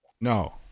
no